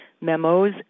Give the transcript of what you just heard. memos